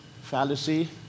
Fallacy